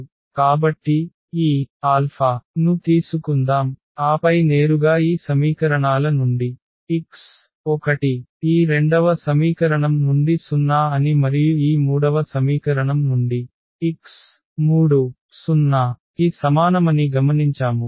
కాబట్టి ఈ α ను తీసుకుందాం ఆపై నేరుగా ఈ సమీకరణాల నుండి x1 ఈ రెండవ సమీకరణం నుండి 0 అని మరియు ఈ మూడవ సమీకరణం నుండి x3 0 కి సమానమని గమనించాము